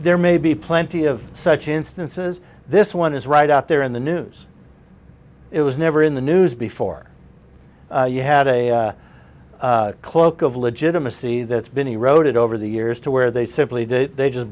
there may be plenty of such instances this one is right out there in the news it was never in the news before you had a cloak of legitimacy that's been eroded over the years to where they simply do they just